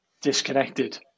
disconnected